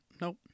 Nope